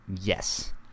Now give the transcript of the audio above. Yes